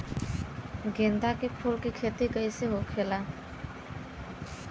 गेंदा के फूल की खेती कैसे होखेला?